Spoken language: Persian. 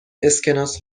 اسکناس